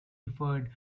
referred